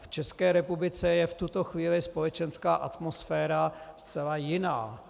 V České republice je v tuto chvíli společenská atmosféra zcela jiná.